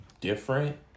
different